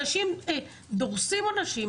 אנשים דורסים אנשים,